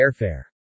airfare